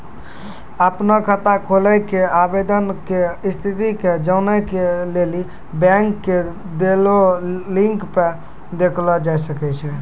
अपनो खाता खोलै के आवेदन के स्थिति के जानै के लेली बैंको के देलो लिंक पे देखलो जाय सकै छै